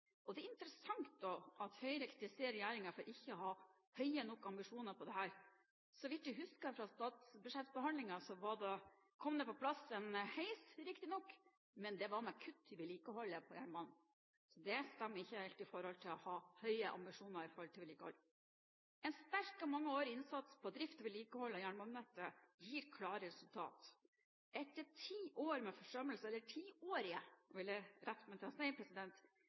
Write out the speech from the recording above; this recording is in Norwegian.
fokus. Det er interessant at Høyre kritiserer regjeringen for ikke å ha høye nok ambisjoner for dette. Så vidt jeg husker fra statsbudsjettbehandlingen som var, kom det på plass en heis, riktig nok, men det var med kutt i vedlikeholdet på jernbanen. Det stemmer ikke helt overens med å ha høye ambisjoner for vedlikehold. En sterk og mangeårig innsats for drift og vedlikehold av jernbanenettet gir klare resultater. Etter ti år med forsømmelse – eller tiårige forsømmelser vil jeg